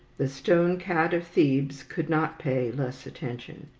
the stone cat of thebes could not pay less attention.